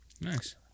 nice